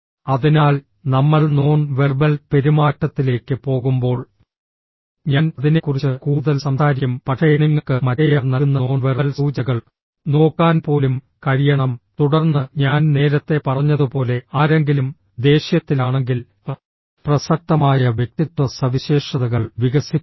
അതിനാൽ നമ്മൾ non verbal പെരുമാറ്റത്തിലേക്ക് പോകുമ്പോൾ ഞാൻ അതിനെക്കുറിച്ച് കൂടുതൽ സംസാരിക്കും പക്ഷേ നിങ്ങൾക്ക് മറ്റേയാൾ നൽകുന്ന നോൺ വെർബൽ സൂചനകൾ നോക്കാൻ പോലും കഴിയണം തുടർന്ന് ഞാൻ നേരത്തെ പറഞ്ഞതുപോലെ ആരെങ്കിലും ദേഷ്യത്തിലാണെങ്കിൽ പ്രസക്തമായ വ്യക്തിത്വ സവിശേഷതകൾ വികസിപ്പിക്കണം